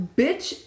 bitch